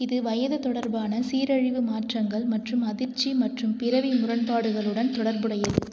இது வயது தொடர்பான சீரழிவு மாற்றங்கள் மற்றும் அதிர்ச்சி மற்றும் பிறவி முரண்பாடுகளுடன் தொடர்புடையது